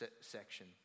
section